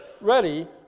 ready